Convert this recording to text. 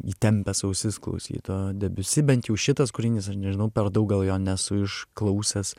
įtempęs ausis klausyt o debiusi bent jau šitas kūrinys aš nežinau per daug gal jo nesu išklausęs